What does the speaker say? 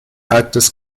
arktis